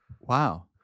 wow